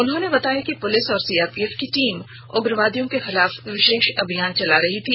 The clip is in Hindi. उन्होंने बताया कि पुलिस और सीआरपीएफ की टीम उग्रवादियों के खिलाफ विशेष अभियान चला रही थी